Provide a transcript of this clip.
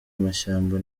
amashyamba